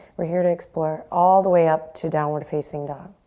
we're here to explore all the way up to downward facing dog.